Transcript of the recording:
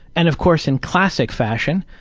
and of course in classic fashion,